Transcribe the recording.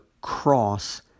cross